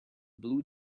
blue